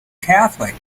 catholic